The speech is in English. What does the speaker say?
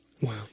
Wow